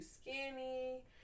skinny